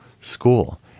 school